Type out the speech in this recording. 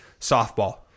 softball